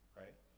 right